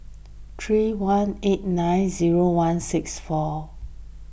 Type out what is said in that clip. three one eight nine zero one six four